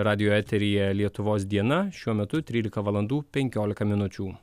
radijo eteryje lietuvos diena šiuo metu trylika valandų penkiolika minučių